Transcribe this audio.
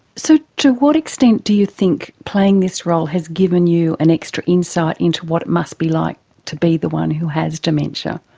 so to what extent do you think playing this role has given you an extra insight into what it must be like to be the one who has dementia?